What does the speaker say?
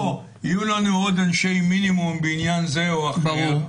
או יהיו לנו עוד אנשי מינימום בעניין זה או אחר,